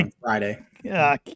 Friday